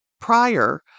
prior